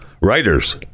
writers